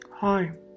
Hi